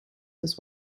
this